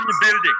building